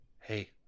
hey